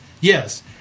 yes